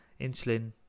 insulin